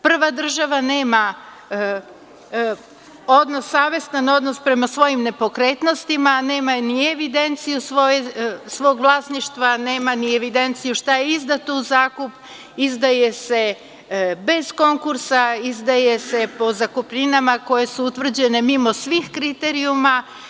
Prva država nema odnos savestan, odnos prema svojim nepokretnostima a nema ni evidenciju svog vlasništva, nema ni evidenciju šta je izdato u zakup, izdaje se bez konkursa, izdaje se po zakupninama koje su utvrđene mimo svih kriterijuma.